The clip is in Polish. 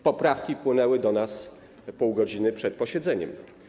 Poprawki wpłynęły do nas pół godziny przed posiedzeniem.